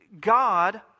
God